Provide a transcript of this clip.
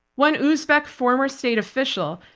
one uzbek former state official,